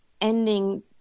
ending